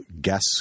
guess